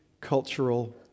cultural